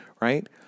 Right